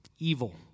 evil